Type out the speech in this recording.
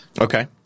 Okay